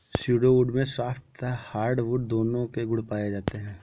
pseudo wood में soft तथा hardwood दोनों के गुण पाए जाते हैं